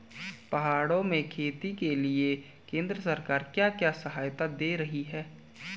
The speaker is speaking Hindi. पहाड़ों में खेती के लिए केंद्र सरकार क्या क्या सहायता दें रही है?